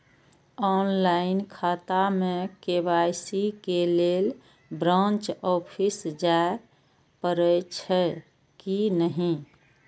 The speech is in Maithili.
ऑनलाईन खाता में के.वाई.सी के लेल ब्रांच ऑफिस जाय परेछै कि नहिं?